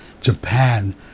Japan